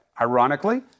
Ironically